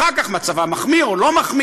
אחר כך מצבם מחמיר או לא מחמיר,